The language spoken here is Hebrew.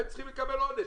הם צריכים לקבל עונש?